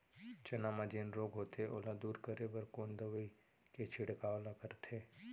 चना म जेन रोग होथे ओला दूर करे बर कोन दवई के छिड़काव ल करथे?